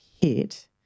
hit